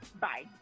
Bye